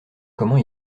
comment